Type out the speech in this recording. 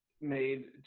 made